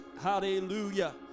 Hallelujah